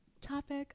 topic